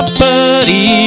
buddy